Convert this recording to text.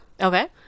okay